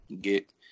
get